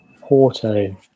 Porto